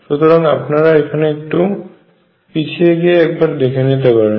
সুতরাং আপনারা এখানে একটু পিছিয়ে গিয়ে একবার দেখে নিতে পারেন